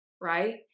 right